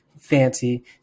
Fancy